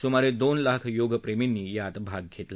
सुमारे दोन लाख योगप्रेमींनी यात भाग घेतला